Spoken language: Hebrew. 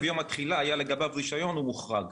יום התחילה היה לגביו רישיון הוא מוחרג.